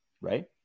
Right